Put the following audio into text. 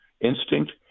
instinct